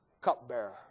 cupbearer